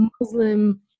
muslim